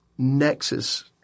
Nexus